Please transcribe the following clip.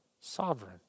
sovereign